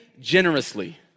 generously